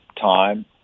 time